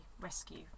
rescue